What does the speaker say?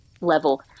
level